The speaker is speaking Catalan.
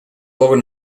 pocs